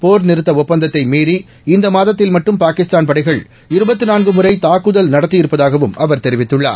போர் நிறுத்த ஒப்பந்தத்தை மீறி இந்த மாதத்தில் மட்டும் பாகிஸ்தான் படைகள் முறை தாக்குதல் நடத்தியிருப்பதாகவும் அவர் தெரிவித்துள்ளார்